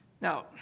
Now